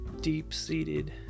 deep-seated